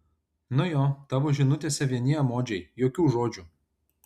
nu jo tavo žinutėse vieni emodžiai jokių žodžių